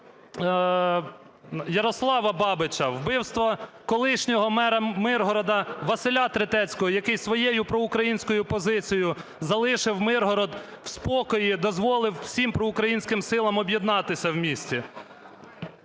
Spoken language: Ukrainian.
Ярослава Бабича, вбивство колишнього мера Миргорода Василя Третецького, який своєю проукраїнською позицією залишив Миргород в спокої, дозволив всім проукраїнським силам об'єднатися в місті.